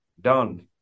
done